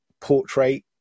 portrait